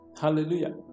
Hallelujah